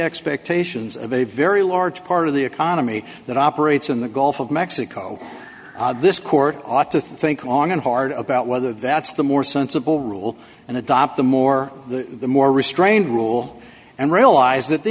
expectations of a very large part of the economy that operates in the gulf of mexico this court ought to think on and hard about whether that's the more sensible rule and adopt the more the more restrained rule and realize that the